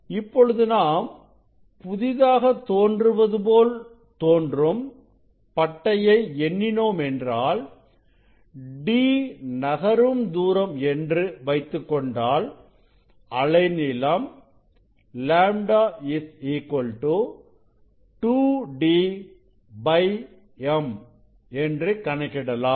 இப்பொழுது நாம் புதிதாக தோன்றுவது போல் தோன்றும் பட்டையை எண்ணினோம் என்றால் d நகரும் தூரம் என்று வைத்துக்கொண்டால் அலைநீளம் λ 2d m என்று கணக்கிடலாம்